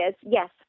yes